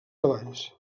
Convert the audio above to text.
treballs